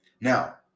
Now